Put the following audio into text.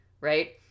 right